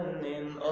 name